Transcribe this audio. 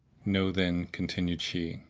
know, then, continued she,